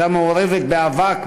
והיא הייתה מעורבת באבק,